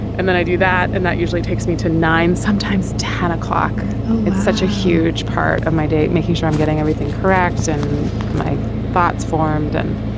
and then i do that and that usually takes me to nine sometimes ten o'clock. oh it's such a huge part of my day making sure i'm getting everything correct and my thoughts formed and